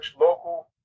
local